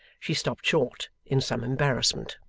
she stopped short, in some embarrassment.